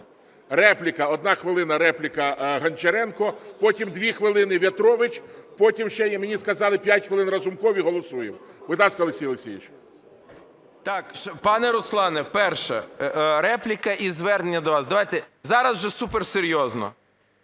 Репліка. Одна хвилина, репліка Гончаренко, потім дві хвилин В'ятрович, потім ще є, мені сказали, п'ять хвилин Разумков і голосуємо. Будь ласка, Олексій Олексійович. 12:05:03 ГОНЧАРЕНКО О.О. Пане Руслане, перше. Репліка і звернення до вас. Давайте зараз вже супер серйозно.